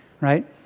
right